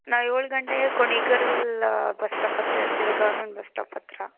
ನಾವು ಏಳು ಗಂಟೆಗೆ ಕುಣಿಗಲ್ ಬಸ್ ಸ್ಟಾಪ್ ಹತ್ತಿರ ಇರ್ತೀವಿ ಗೌರ್ಮೆಂಟ್ ಬಸ್ ಸ್ಟಾಪ್ ಹತ್ತಿರ